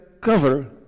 cover